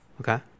Okay